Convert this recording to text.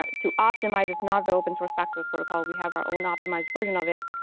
to optimize it's not the open-source paxos protocol. we have our own optimized version of it